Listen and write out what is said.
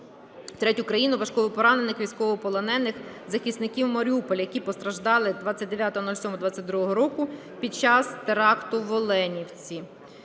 третю країну важкопоранених військовополонених захисників Маріуполя, які постраждали 29.07.2022 року під час теракту в Оленівці.